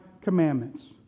commandments